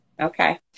Okay